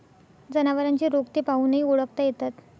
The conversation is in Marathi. जनावरांचे रोग ते पाहूनही ओळखता येतात